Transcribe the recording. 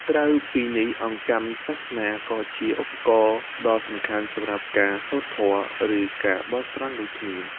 ក្រៅពីនេះ អង្កាំសាសនា ក៏ជាឧបករណ៍ដ៏សំខាន់សម្រាប់ការសូត្រធម៌ ឬការបន់ស្រន់ដូចគ្នា។